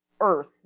Earth